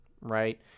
right